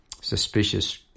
Suspicious